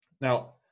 Now